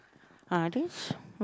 are those